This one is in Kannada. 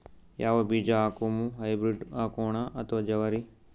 ಯಾವ ಬೀಜ ಹಾಕುಮ, ಹೈಬ್ರಿಡ್ ಹಾಕೋಣ ಅಥವಾ ಜವಾರಿ?